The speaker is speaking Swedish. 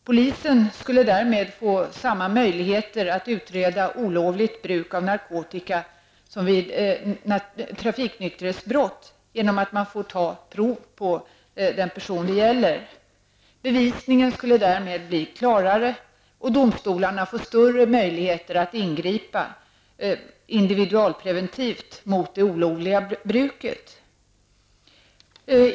Polisen skulle därmed få samma möjligheter att utreda olovligt bruk av narkotika som vid trafiknykterhetsbrott genom att man får ta prov på den person det gäller. Bevisningen skulle därmed bli klarare, och domstolarna skulle få större möjligheter att ingripa individualpreventivt mot det olovliga bruket.